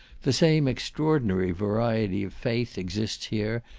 the same extraordinary variety of faith exists here,